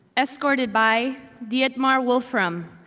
escorted by dietmar wolfram.